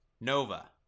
Nova